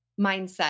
mindset